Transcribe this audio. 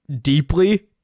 deeply